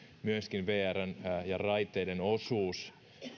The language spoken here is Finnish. myöskin vrn ja raiteiden osuuden